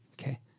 Okay